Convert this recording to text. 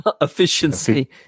Efficiency